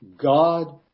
God